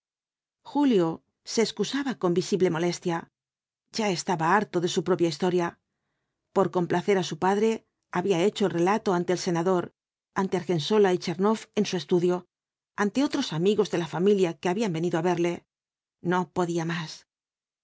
julio se excusaba con visible molestia ya estaba harto de su propia historia por complacer á su padre había hecho el relato ante el senador ante argensola y tchernoff en su estudio ante otros amigos de la familia que habían venido á verle no podía más